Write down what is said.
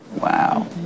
Wow